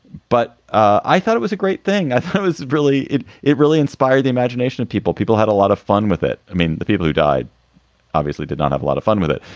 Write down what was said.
but i thought it was a great thing. i thought it was really it it really inspired the imagination of people. people had a lot of fun with it. i mean, the people who died obviously did not have a lot of fun with it,